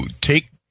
take